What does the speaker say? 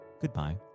goodbye